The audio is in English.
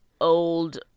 old